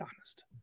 honest